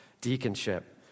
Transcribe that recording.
deaconship